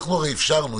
הרי אפשרנו,